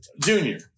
Junior